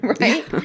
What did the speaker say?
right